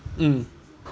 mm